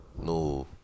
No